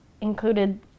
included